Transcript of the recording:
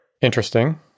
Interesting